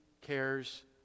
cares